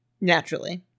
Naturally